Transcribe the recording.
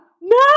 No